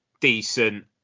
decent